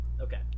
Okay